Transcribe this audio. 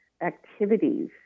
activities